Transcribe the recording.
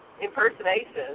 impersonations